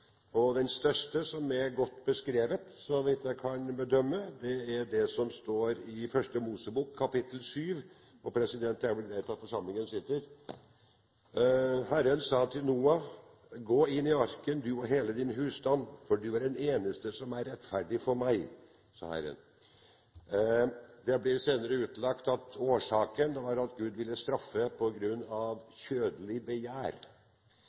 tid. Den største er godt beskrevet, så vidt jeg kan bedømme, i Første Mosebok kapittel 7 – det er greit at forsamlingen sitter: «Herren sa til Noah: «Gå inn i arken, du og hele din husstand! For du er den eneste jeg i denne tid har sett som er rettferdig for meg.»» Det er senere blitt utlagt at årsaken var at Gud ville straffe på grunn av kjødelig begjær.